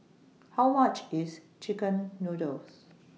How much IS Chicken Noodles